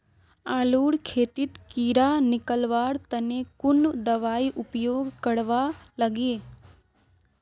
आलूर खेतीत कीड़ा निकलवार तने कुन दबाई उपयोग करवा लगे?